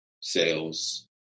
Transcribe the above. sales